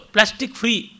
Plastic-free